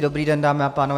Dobrý den, dámy a pánové.